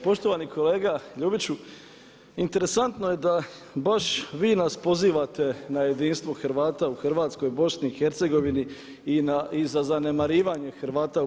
Poštovani kolega Ljubiću interesantno je da baš vi nas pozivate na jedinstvo Hrvata u Hrvatskoj i BiH i na zanemarivanje Hrvata u BiH.